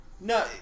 no